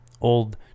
old